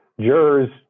jurors